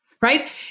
Right